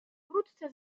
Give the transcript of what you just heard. wkrótce